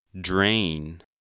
Drain